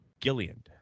Gillian